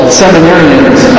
seminarians